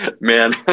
man